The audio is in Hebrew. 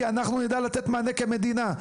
כי אנחנו נדע לתת מענה כמדינה.